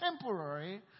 temporary